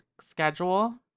schedule